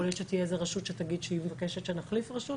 יכול להיות שתהיה איזו רשות שתגיד שהיא מבקשת שנחליף רשות,